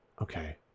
Okay